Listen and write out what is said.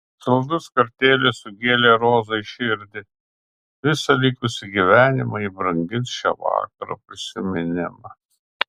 saldus kartėlis sugėlė rozai širdį visą likusį gyvenimą ji brangins šio vakaro prisiminimą